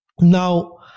Now